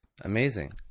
Amazing